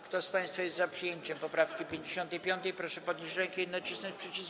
Kto z państwa jest za przyjęciem poprawki 55., proszę podnieść rękę i nacisnąć przycisk.